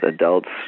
adults